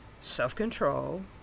self-control